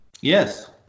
Yes